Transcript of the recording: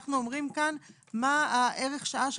אנחנו אומרים כאן מה ערך השעה.